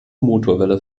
motorwelle